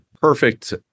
perfect